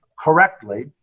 Correctly